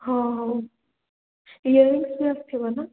ହଁ ହଉ earrings ବି ଆସିଥିବ ନା